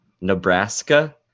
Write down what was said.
Nebraska